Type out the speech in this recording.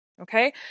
Okay